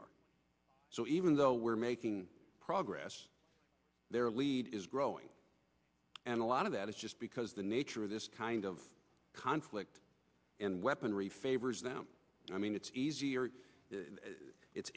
are so even though we're making progress their lead is growing and a lot of that is just because the nature of this kind of conflict and weaponry favors them i mean it's easier